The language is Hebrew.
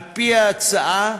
על-פי ההצעה,